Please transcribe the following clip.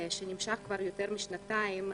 שנמשך כבר יותר משנתיים,